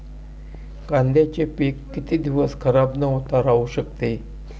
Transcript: कांद्याचे पीक किती दिवस खराब न होता राहू शकते?